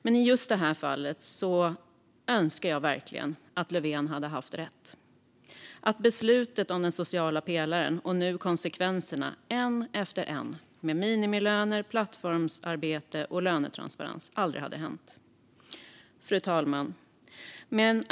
Och i just detta fall önskar jag verkligen att Löfven hade haft rätt - att beslutet om den sociala pelaren och nu konsekvenserna en efter en med minimilöner, plattformsarbete och lönetransparens aldrig hade skett. Fru talman!